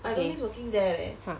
okay !huh!